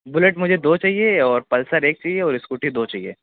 Bullet مجھے دو چاہیے اور پلسر ایک چاہیے اور اسکوٹی دو چاہیے